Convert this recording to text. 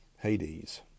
Hades